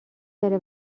داره